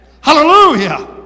Hallelujah